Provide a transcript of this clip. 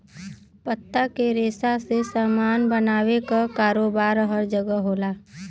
पत्ता के रेशा से सामान बनावे क कारोबार हर जगह होला